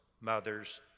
mother's